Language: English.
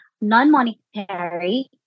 non-monetary